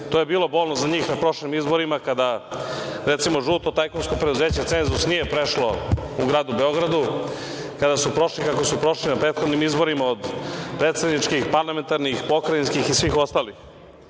je bilo bolno za njih na prošlim izborima kada, recimo, žuto tajkunsko preduzeće cenzus nije prešlo u gradu Beogradu, kada su prošli kako su prošli na prethodnim izborima, od predsedničkih, parlamentarnih, pokrajinskih i svih